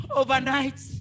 overnight